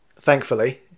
thankfully